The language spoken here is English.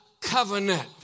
covenant